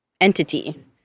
entity